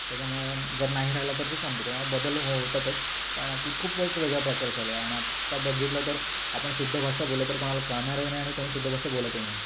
त्याच्यामुळे जर नाही राहिला तर ते संपतं त्याच्यामुळे बदल हो होतातच पण अति खूपच वेगळ्या प्रकार झाले आणि आत्ता बघितलं तर आपण शुद्ध भाषा बोललो तर कुणाला कळणारही नाही आणि कोणी शुद्ध भाषा बोलतही नाही